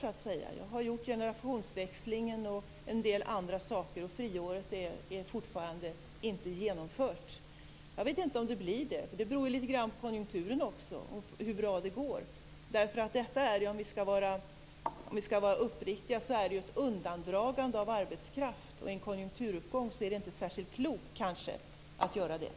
Jag har genomfört generationsväxlingen och en del andra saker. Friåret är fortfarande inte genomfört. Jag vet inte om det blir det. Det beror litet grand på konjunkturen och hur bra det går. Om vi skall vara uppriktiga är det ju ett undandragande av arbetskraft. I en konjunkturuppgång är det inte särskilt klokt att göra så.